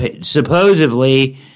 Supposedly